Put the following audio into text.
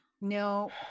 No